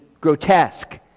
grotesque